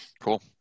cool